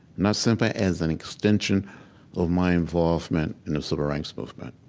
not simply as an extension of my involvement in the civil rights movement.